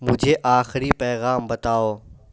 مجھے آخری پیغام بتاؤ